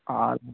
ହଁ